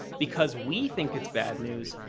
because we think it's bad news,